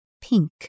pink